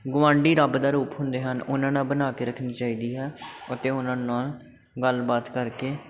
ਗੁਆਂਢੀ ਰੱਬ ਦਾ ਰੂਪ ਹੁੰਦੇ ਹਨ ਉਹਨਾਂ ਨਾਲ ਬਣਾ ਕੇ ਰੱਖਣੀ ਚਾਹੀਦੀ ਹੈ ਅਤੇ ਉਹਨਾਂ ਨਾਲ ਗੱਲਬਾਤ ਕਰਕੇ